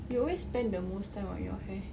you always spend the most time on your hair